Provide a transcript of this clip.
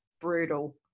brutal